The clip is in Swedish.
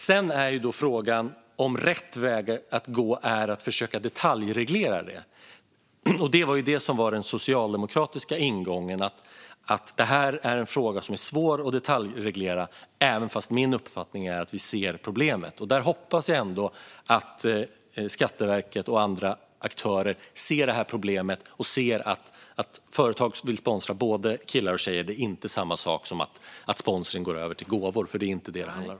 Sedan är frågan om rätt väg att gå är att försöka detaljreglera detta. Och den socialdemokratiska ingången var att detta är en fråga som är svår att detaljreglera, även om min uppfattning är att vi ser problemet. Där hoppas jag ändå att Skatteverket och andra aktörer ser detta problem och ser att företag vill sponsra både killar och tjejer. Det är inte samma sak som att sponsringen går över till gåvor. Det är inte detta det handlar om.